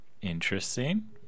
Interesting